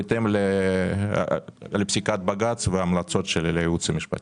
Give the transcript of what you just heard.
בהתאם לפסיקת בג"ץ וההמלצות של הייעוץ המשפטי.